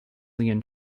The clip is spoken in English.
leon